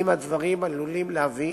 אם הדברים עלולים להביא